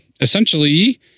essentially